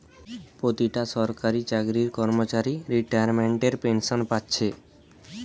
পোতিটা সরকারি চাকরির কর্মচারী রিতাইমেন্টের পেনশেন পাচ্ছে